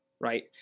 right